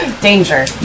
danger